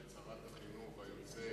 תשאל את שרת החינוך היוצאת